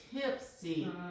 tipsy